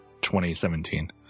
2017